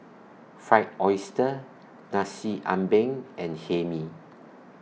Fried Oyster Nasi Ambeng and Hae Mee